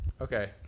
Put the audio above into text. Okay